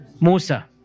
Musa